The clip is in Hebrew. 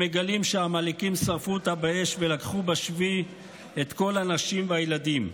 הם מגלים שהעמלקים שרפו אותה באש ולקחו בשבי את כל הנשים והילדים.